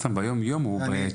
אפילו סתם ביום-יום הוא בעייתי.